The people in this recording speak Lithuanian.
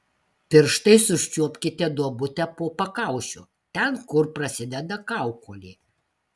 pirštais užčiuopkite duobutę po pakaušiu ten kur prasideda kaukolė